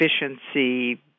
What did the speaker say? efficiency